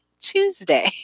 Tuesday